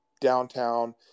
downtown